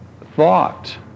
thought